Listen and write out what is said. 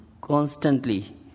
constantly